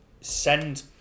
send